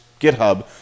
github